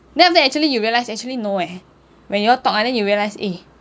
then after that actually you realise actually no eh when you all talk ah then you realise eh